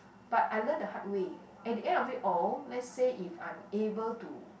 but I learn the hard way at the end of it all let's say if I'm able to